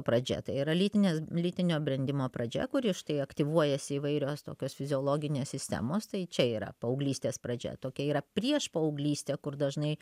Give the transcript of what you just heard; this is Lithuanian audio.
pradžia tai yra lytinės lytinio brendimo pradžia kuri štai aktyvuojasi įvairios tokios fiziologinės sistemos tai čia yra paauglystės pradžia tokia yra priešpaauglystė kur dažnai